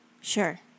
Sure